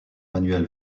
manuel